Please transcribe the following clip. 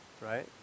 right